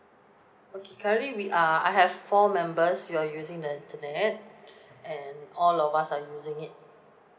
okay currently we are I have four members who are using the internet and all of us are using it